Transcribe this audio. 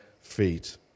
feet